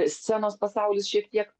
scenos pasaulis šiek tiek